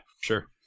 Sure